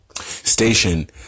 station